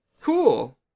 Cool